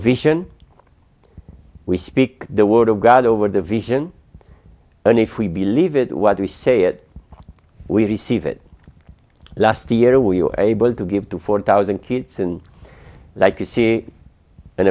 vision we speak the word of god over the vision and if we believe it what we say it we receive it last year we were able to give to four thousand kids and like you see